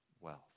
wealth